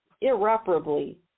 irreparably